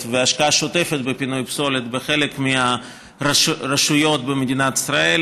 ולהשקעה שוטפת בפינוי פסולת בחלק מהרשויות במדינת ישראל,